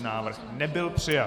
Návrh nebyl přijat.